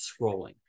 scrolling